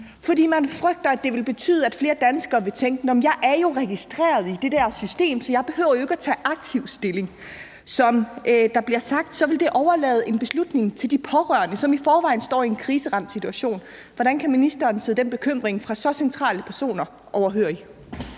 fordi man frygter, at det vil betyde, at flere danskere vil tænke: Jeg er jo registreret i det der system, så jeg behøver ikke at tage aktiv stilling. Som der bliver sagt, vil det overlade en beslutning til de pårørende, som i forvejen står i en krisesituation. Hvordan kan ministeren sidde den bekymring fra så centrale personer overhørig?